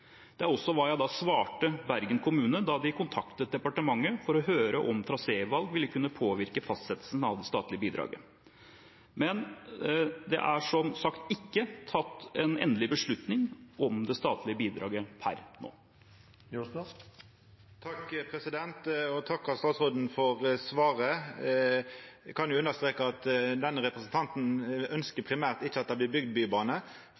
Det er også det jeg svarte Bergen kommune da de kontaktet departementet for å høre om trasévalg ville kunne påvirke fastsettelsen av det statlige bidraget. Men det er som sagt ikke tatt en endelig beslutning om det statlige bidraget per nå. Eg vil takka statsråden for svaret. Eg kan understreka at denne representanten ønskjer primært ikkje at det skal bli bygd bybane,